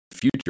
future